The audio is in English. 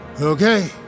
Okay